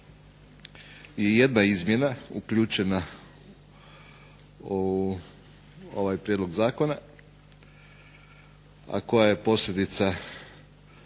je jedna izmjena uključena u ovaj prijedlog zakona, a koja je posljedica